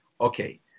Okay